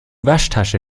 waschtasche